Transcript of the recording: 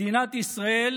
מדינת ישראל